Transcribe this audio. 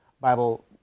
Bible